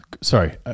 Sorry